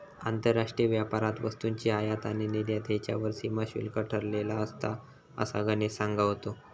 आंतरराष्ट्रीय व्यापारात वस्तूंची आयात आणि निर्यात ह्येच्यावर सीमा शुल्क ठरवलेला असता, असा गणेश सांगा होतो